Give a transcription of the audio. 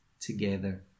together